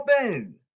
open